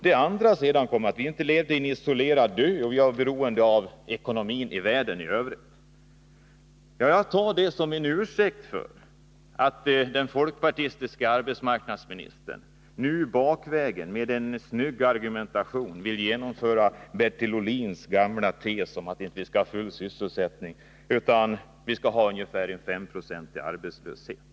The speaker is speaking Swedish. Det andra var att vi inte levde på en isolerad ö utan var beroende av ekonomin i världen i övrigt. Jag tar det som en ursäkt för att den folkpartistiske arbetsmarknadsministern nu bakvägen med en snygg argumentation vill genomföra Bertil Ohlins gamla tes om att vi inte skall ha full sysselsättning utan ungefär en femprocentig arbetslöshet.